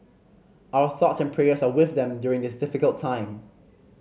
our thoughts and prayers are with them during this difficult time